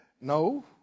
No